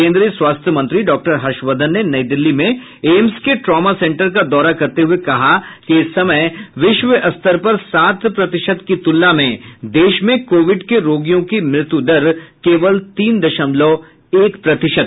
कोन्द्रीय स्वास्थ्य मंत्री डॉक्टर हर्षवर्धन ने नयी दिल्ली में एम्स के ट्रॉमा सेंटर का दौरा करते हुए कहा कि इस समय विश्व स्तर पर सात प्रतिशत की तुलना में देश में कोविड के रोगियों की मृत्यु दर केवल तीन दशमलव एक प्रतिशत है